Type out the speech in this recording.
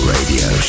Radio